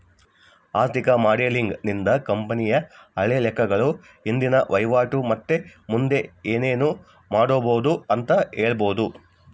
ಆರ್ಥಿಕ ಮಾಡೆಲಿಂಗ್ ನಿಂದ ಕಂಪನಿಯ ಹಳೆ ಲೆಕ್ಕಗಳು, ಇಂದಿನ ವಹಿವಾಟು ಮತ್ತೆ ಮುಂದೆ ಏನೆನು ಮಾಡಬೊದು ಅಂತ ಹೇಳಬೊದು